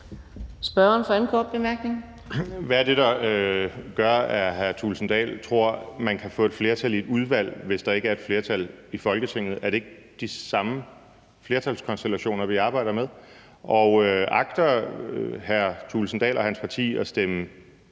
Morten Messerschmidt (DF): Hvad er det, der gør, at hr. Jens Henrik Thulesen Dahl tror, at man vil kunne få et flertal i et udvalg, hvis der ikke er et flertal i Folketinget? Er det ikke de samme flertalskonstellationer, vi arbejder med? Og agter hr. Jens Henrik Thulesen Dahl og hans parti at stemme